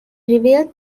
revealed